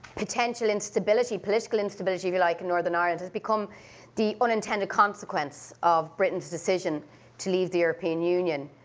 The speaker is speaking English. potential instability, political instability if you like, in northern ireland, has become the unintended consequence of britain's decision to leave the european union,